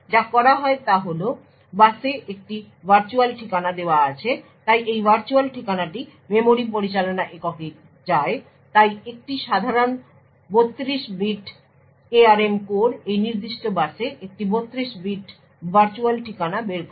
যা করা হয় তা হল বাসে একটি ভার্চুয়াল ঠিকানা দেওয়া আছে তাই এই ভার্চুয়াল ঠিকানাটি মেমরি পরিচালনা এককে যায় তাই একটি সাধারণ 32 বিট ARM কোর এই নির্দিষ্ট বাসে একটি 32 বিট ভার্চুয়াল ঠিকানা বের করে